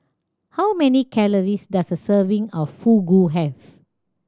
how many calories does a serving of Fugu have